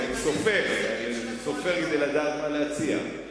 כי אני צופה כדי לדעת מה להציע.